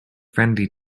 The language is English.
friendly